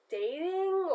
dating